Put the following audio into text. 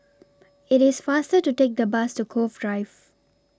IT IS faster to Take The Bus to Cove Drive